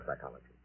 psychology